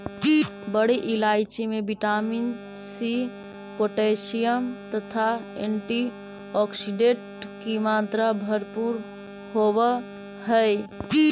बड़ी इलायची में विटामिन सी पोटैशियम तथा एंटीऑक्सीडेंट की मात्रा भरपूर होवअ हई